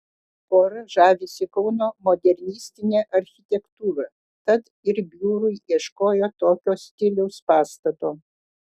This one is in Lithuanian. pora žavisi kauno modernistine architektūra tad ir biurui ieškojo tokio stiliaus pastato